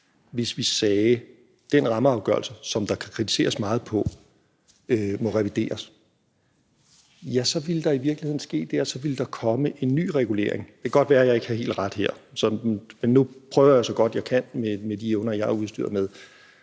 hvis vi sagde, at den rammeafgørelse, som der kan kritiseres meget ved, må revideres? Ja, så ville der i virkeligheden ske det, at der ville komme en ny regulering. Det kan godt være, at jeg ikke har helt ret her, men nu prøver jeg, så godt jeg kan, med de evner, jeg er udstyret med: